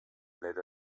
let